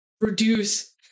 reduce